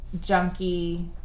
junkie